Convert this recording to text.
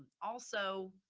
also,